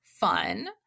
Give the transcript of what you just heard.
fun